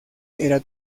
era